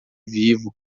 vivo